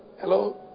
Hello